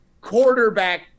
quarterback